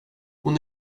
hon